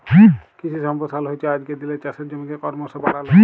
কিশি সম্পরসারল হচ্যে আজকের দিলের চাষের জমিকে করমশ বাড়াল